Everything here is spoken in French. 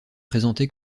présenté